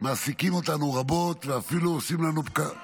מעסיקה אותנו רבות, ואפילו עושים לנו --- חבל